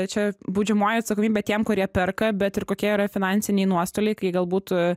čia baudžiamoji atsakomybė tiem kurie perka bet ir kokie yra finansiniai nuostoliai kai galbūt